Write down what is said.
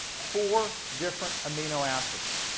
four different amino acids.